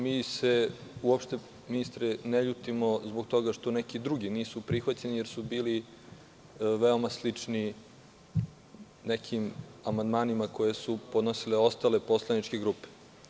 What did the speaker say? Mi se uopšte, ministre, ne ljutimo zbog toga što neki drugi nisu prihvaćeni jer su bili veoma slični nekim amandmanima koje su podnosili ostale poslaničke grupe.